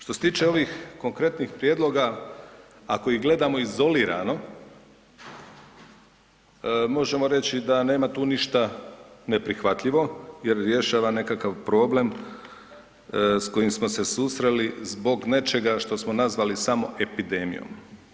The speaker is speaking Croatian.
Što se tiče ovih konkretnih prijedloga ako ih gledamo izolirano možemo reći da nema tu ništa neprihvatljivo jer rješava nekakav problem s kojim smo se susreli zbog nečega što smo nazvali samo epidemijom.